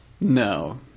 No